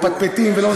מפטפטים ולא נותנים,